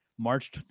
March